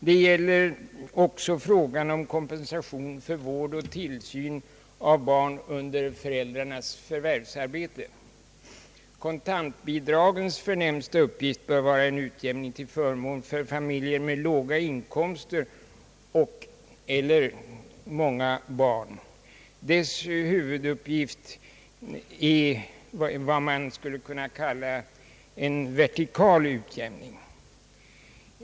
Det gäller också frågan om kompensation för vård och tillsyn av barn under föräldrarnas förvärvsarbete. Kontantbidragens främsta uppgift bör vara en utjämning till förmån för familjer med låga inkomster och/eller många barn. Deras huvuduppgift är vad man skulle kunna kalla en vertikal utjämning.